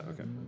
Okay